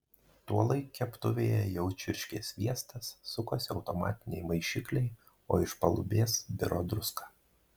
tuolaik keptuvėje jau čirškė sviestas sukosi automatiniai maišikliai o iš palubės biro druska